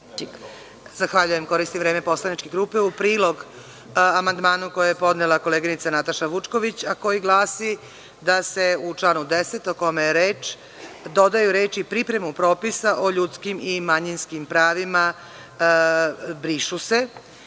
Čomić** Koristim vreme poslaničke grupe. U prilog amandmanu koji je podnela koleginica Nataša Vučković, a koji glasi – da se u članu 10. o kome je reč dodaju reči „pripremu propisa o ljudskim i manjinskim pravima“, brišu.